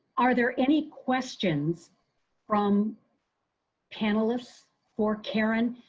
are there any questions from panelists for karen,